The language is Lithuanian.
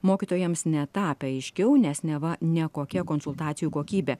mokytojams netapę aiškiau nes neva ne kokia konsultacijų kokybė